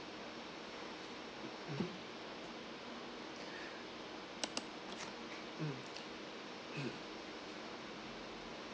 mm